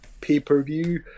pay-per-view